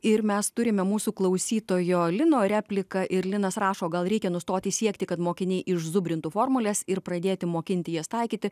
ir mes turime mūsų klausytojo lino repliką ir linas rašo gal reikia nustoti siekti kad mokiniai išzubrintų formules ir pradėti mokinti jas taikyti